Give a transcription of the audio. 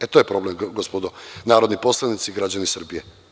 E, to je problem, gospodo narodni poslanici i građani Srbije.